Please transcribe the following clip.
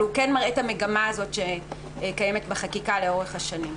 אבל הוא כן מראה את המגמה הזאת שקיימת בחקיקה לאורך השנים.